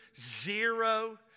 zero